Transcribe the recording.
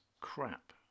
crap